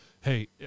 hey